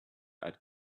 add